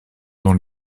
dans